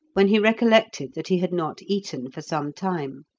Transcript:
when he recollected that he had not eaten for some time.